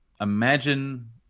imagine